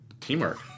teamwork